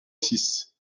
six